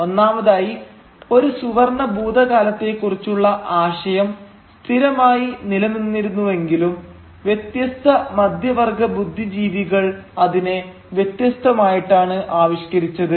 ഒന്നാമതായി ഒരു സുവർണ്ണ ഭൂതകാലത്തെക്കുറിച്ചുള്ള ആശയം സ്ഥിരമായി നിലനിന്നിരുന്നുവെങ്കിലും വ്യത്യസ്ത മധ്യവർഗ്ഗ ബുദ്ധിജീവികൾ അതിനെ വ്യത്യസ്തമായിട്ടാണ് ആവിഷ്കരിച്ചത്